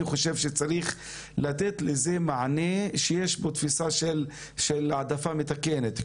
חושב שצריך לתת לזה מענה שיש בו תפיסה של העדפה מתקנת.